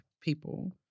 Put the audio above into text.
people